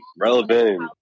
relevant